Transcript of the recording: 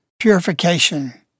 purification